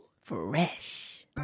Fresh